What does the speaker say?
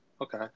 Okay